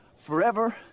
forever